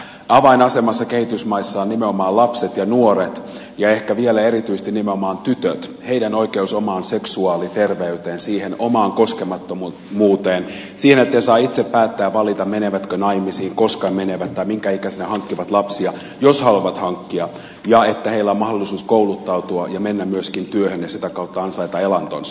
avainasemassa kehitysmaissa ovat nimenomaan lapset ja nuoret ja ehkä vielä erityisesti nimenomaan tytöt heidän oikeutensa omaan seksuaaliterveyteensä siihen omaan koskemattomuuteensa siihen että he saavat itse päättää ja valita menevätkö naimisiin koska menevät tai minkä ikäisinä hankkivat lapsia jos haluavat hankkia ja että heillä on mahdollisuus kouluttautua ja mennä myöskin työhön ja sitä kautta ansaita elantonsa